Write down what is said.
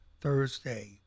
Thursday